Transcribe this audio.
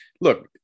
look